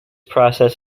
process